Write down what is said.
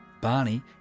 Barney